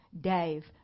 Dave